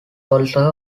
also